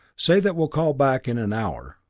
say that we'll call back in an hour.